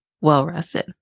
well-rested